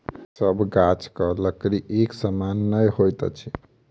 सभ गाछक लकड़ी एक समान नै होइत अछि